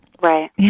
Right